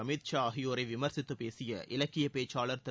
அமித் ஷா ஆகியோரை விமர்சித்துப் பேசிய இலக்கிய பேச்சாளர் திரு